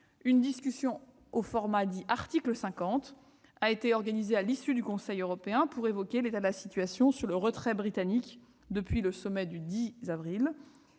une discussion en format article 50 a été organisée à l'issue du Conseil européen pour évoquer la situation du retrait britannique depuis le sommet du 10 avril.